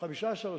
15%,